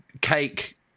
cake